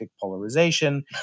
Polarization